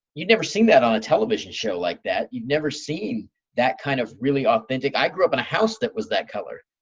you'd never seen that on a television show like that. you'd never seen that kind of really authentic. i grew up in a house that was that color.